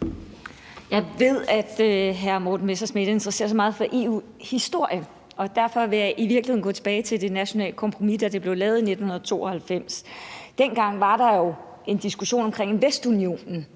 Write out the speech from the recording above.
Kl. 15:55 Pia Olsen Dyhr (SF): Jeg ved, at hr. Morten Messerschmidt interesserer sig meget for EU-historie, og derfor vil jeg i virkeligheden gå tilbage til det nationale kompromis, da det blev lavet i 1992. Dengang var der jo en diskussion omkring Vestunionen.